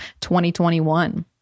2021